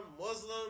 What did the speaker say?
Muslim